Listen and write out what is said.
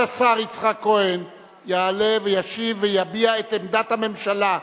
כבוד השר יצחק כהן יעלה וישיב ויביע את עמדת הממשלה,